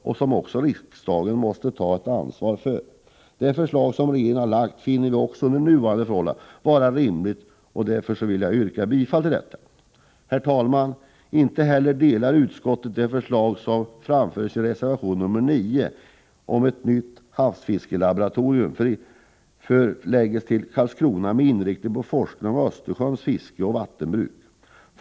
Riksdagen måste således ta ett ansvar i det avseendet. Det förslag som regeringen har lagt fram finner vi under nuvarande förhållanden vara rimligt. Därför yrkar jag bifall till detsamma. Herr talman! Inte heller instämmer utskottet i det förslag som återfinns i reservation nr 9. Man föreslår där att ett nytt havsfiskelaboratorium, inriktat på forskning i och om Östersjöns fiske och vattenbruk, förläggs till Karlskrona.